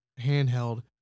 handheld